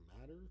matter